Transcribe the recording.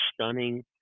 stunning